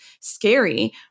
scary